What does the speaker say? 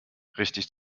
richtig